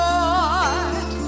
Lord